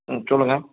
ம் சொல்லுங்கள்